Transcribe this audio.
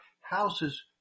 house's